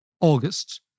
August